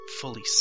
fully